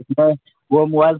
وہ موبائل